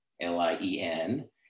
L-I-E-N